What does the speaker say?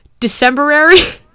Decemberary